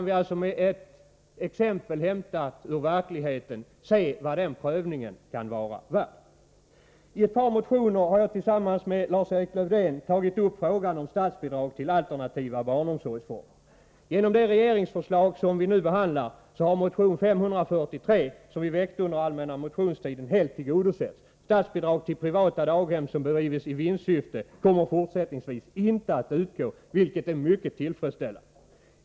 Vi kan med ett exempel hämtat ur verkligheten se vad den prövningen kan vara värd. I ett par motioner har jag tillsammans med Lars-Erik Lövdén tagit upp frågan om statsbidrag till alternativa barnomsorgsformer. Genom det regeringsförslag som vi nu behandlar har motion 543, som vi väckte under den allmänna motionstiden, helt tillgodosetts. Statsbidrag till privata daghem som bedrivs i vinstsyfte kommer fortsättningsvis inte att utgå, vilket är mycket tillfredsställande.